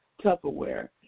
Tupperware